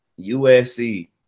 USC